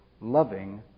loving